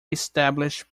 established